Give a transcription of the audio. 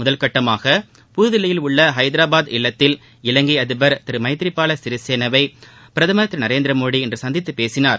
முதற்கட்டமாக புதுதில்லியில் உள்ள ஐதராபாத் இல்லத்தில் இலங்கை அதிபர் திரு மைத்ரிபால சிறிசேனாவை பிரதமர் திரு நரேந்திரமோடி இன்று சந்தித்து பேசினார்